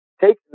Take